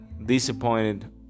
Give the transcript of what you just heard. Disappointed